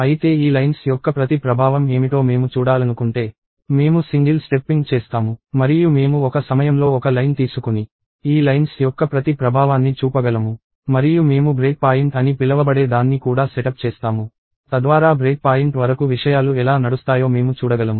అయితే ఈ లైన్స్ యొక్క ప్రతి ప్రభావం ఏమిటో మేము చూడాలనుకుంటే మేము సింగిల్ స్టెప్పింగ్ చేస్తాము మరియు మేము ఒక సమయంలో ఒక లైన్ తీసుకొని ఈ లైన్స్ యొక్క ప్రతి ప్రభావాన్ని చూపగలము మరియు మేము బ్రేక్ పాయింట్ అని పిలవబడే దాన్ని కూడా సెటప్ చేస్తాము తద్వారా బ్రేక్ పాయింట్ వరకు విషయాలు ఎలా నడుస్తాయో మేము చూడగలము